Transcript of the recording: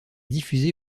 diffusée